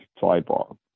sidebar